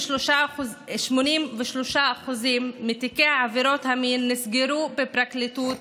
83% מתיקי עבירות המין נסגרו בפרקליטות,